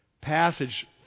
passage